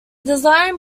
design